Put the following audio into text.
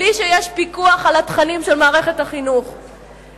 בלי שיש פיקוח על התכנים של מערכת החינוך שהם לומדים בה.